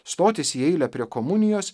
stotis į eilę prie komunijos